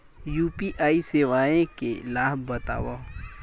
UPI सेवाएं के लाभ बतावव?